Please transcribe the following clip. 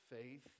faith